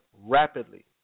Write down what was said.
rapidly